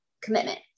commitment